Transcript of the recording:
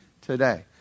today